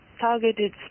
targeted